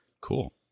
Cool